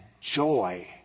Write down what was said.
Joy